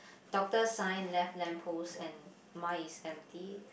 doctor sign left lamp post and mine is empty